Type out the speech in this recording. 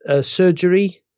surgery